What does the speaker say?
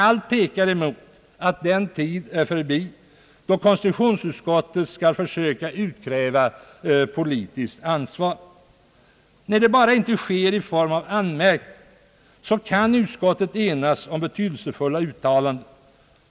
Allt pekar mot att den tid är förbi, då konstitutionsutskottet skall försöka utkräva politiskt ansvar. När det bara inte sker i form av anmärkning kan utskottet enas om betydelsefulla uttalanden.